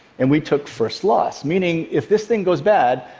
and we took first loss, meaning if this thing goes bad,